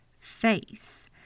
face